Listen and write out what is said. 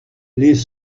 les